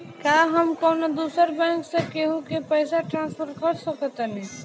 का हम कौनो दूसर बैंक से केहू के पैसा ट्रांसफर कर सकतानी?